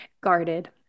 guarded